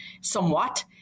somewhat